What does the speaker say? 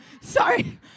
sorry